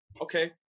okay